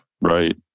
Right